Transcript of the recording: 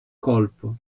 colpo